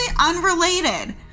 unrelated